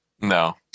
No